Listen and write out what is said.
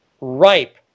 ripe